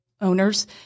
owners